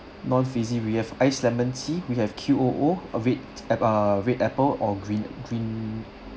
non-fizzy we have ice lemon tea we have q o o uh red ah red apple or green green